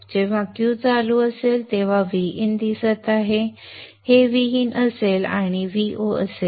जेव्हा Q चालू असेल तेव्हा V in दिसत आहे हे V in असेल आणि हे Vo असेल